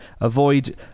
Avoid